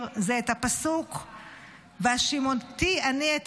זה את הפסוק "וַהֲשִׁמֹּתִי אני את